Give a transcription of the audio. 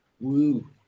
Woo